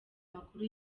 makuru